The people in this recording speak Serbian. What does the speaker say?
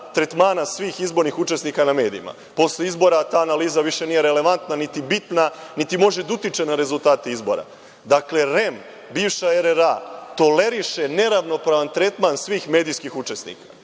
tretmana svih izbornih učesnika na medijima. Posle izbora ta analiza više nije relevantna niti bitna niti može da utiče na rezultate izbora. Dakle, REM bivša RRA toleriše neravnopravan tretman svih medijskih učesnika. Naravno,